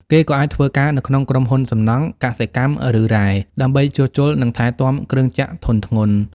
គេក៏អាចធ្វើការនៅក្នុងក្រុមហ៊ុនសំណង់ កសិកម្ម ឬរ៉ែ ដើម្បីជួសជុល និងថែទាំគ្រឿងចក្រធុនធ្ងន់ ។